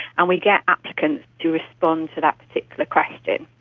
and we get applicants to respond to that particular question.